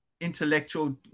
intellectual